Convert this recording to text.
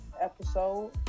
episode